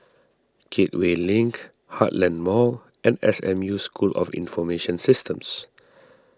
Gateway Link Heartland Mall and S M U School of Information Systems